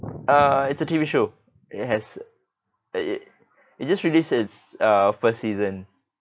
uh it's a T_V show it has it it just released its uh first season